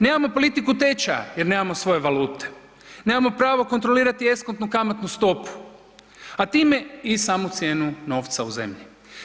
Nemam politiku tečaja jer nemamo svoje valute, nemamo pravo kontrolirati eskontnu kamatnu stopu, a time i samu cijenu novca u zemlji.